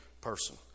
person